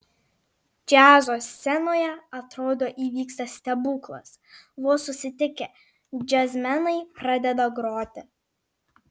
džiazo scenoje atrodo įvyksta stebuklas vos susitikę džiazmenai pradeda groti